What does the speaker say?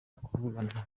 kuvugana